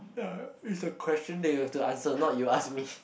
is the question that you have to answer not you ask me